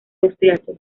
austriaco